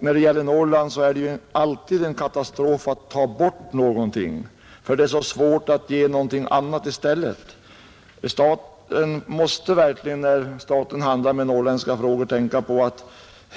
När det gäller Norrland är det alltid en katastrof att ta bort något, ty det är så svårt att ge något annat i stället. När statsmakterna sysslar med norrländska frågor måste de verkligen tänka på att